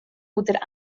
oder